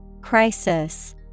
Crisis